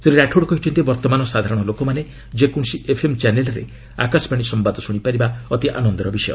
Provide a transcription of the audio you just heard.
ଶ୍ରୀ ରାଠୋଡ୍ କହିଛନ୍ତି ବର୍ତ୍ତମାନ ସାଧାରଣ ଲୋକମାନେ ଯେକୌଣସି ଏଫ୍ଏମ୍ ଚାନେଲ୍ରେ ଆକାଶବାଣୀ ସମ୍ଘାଦ ଶ୍ରଶିପାରିବା ଅତି ଆନନ୍ଦର ବିଷୟ